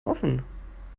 offen